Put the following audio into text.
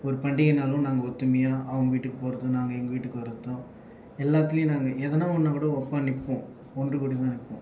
ஒரு பண்டிகை நாளும் நாங்கள் ஒற்றுமையா அவங்க வீட்டுக்கு போவதும் நாங்கள் எங்கள் வீட்டுக்கு வரதும் எல்லாத்திலையும் நாங்கள் எதுனா ஒன்றுனா கூட ஒப்பாக நிற்போம் ஒன்றுகூடிதான் இருப்போம்